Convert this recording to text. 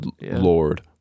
lord